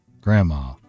Grandma